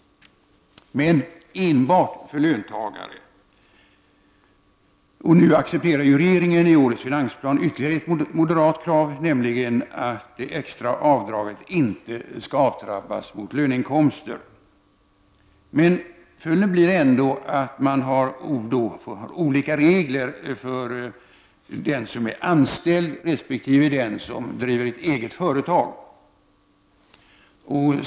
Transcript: Men detta gällde enbart för löntagare. Nu accepterar regeringen i årets finansplan ytterligare ett moderat krav, nämligen att det extra avdraget inte skall avtrappas mot löneinkomster. Följden blir ändå att man har olika regler för den som är anställd resp. den som driver ett eget företag.